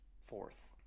fourth